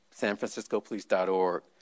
sanfranciscopolice.org